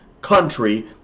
country